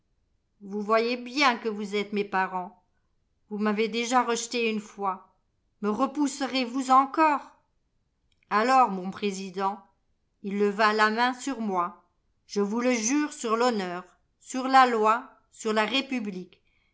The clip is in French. vous voyez bien que vous êtes mes parents vous m'avez déjà rejeté une fois me repousserez vous encore un parricide ij alors mon président il leva la main sur moi je vous le jure sur l'honneur sur la loi sur la république